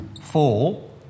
fall